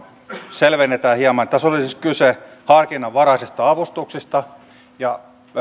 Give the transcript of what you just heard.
selvennetään hieman tässä oli siis kyse harkinnanvaraisista avustuksista ja